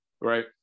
right